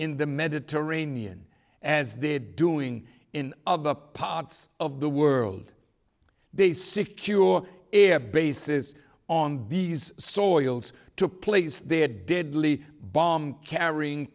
in the mediterranean as they're doing in of the parts of the world they secure air bases on bees soils to place their deadly bomb carrying